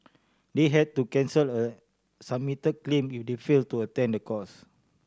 they had to cancel a submitted claim if they failed to attend the course